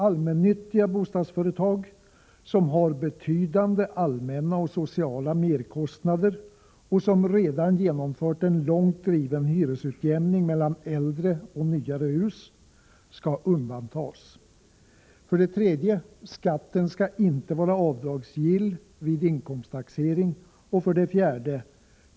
Allmännyttiga bostadsföretag, som har betydande allmänna och sociala merkostnader och som redan genomfört en långt driven hyresutjämning mellan äldre och nyare hus, skall undantas. 3. Skatten skall inte vara avdragsgill vid inkomsttaxering. 4.